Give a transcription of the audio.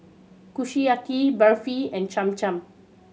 Kushiyaki Barfi and Cham Cham